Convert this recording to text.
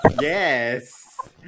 Yes